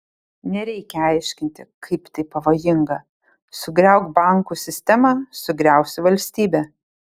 nereikia aiškinti kaip tai pavojinga sugriauk bankų sistemą sugriausi valstybę